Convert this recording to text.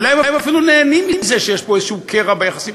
אולי הם אפילו נהנים מזה שיש פה קרע ביחסים,